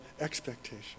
expectation